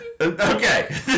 Okay